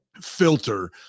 filter